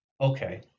okay